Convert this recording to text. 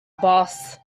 boss